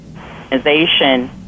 organization